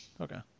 Okay